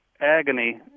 agony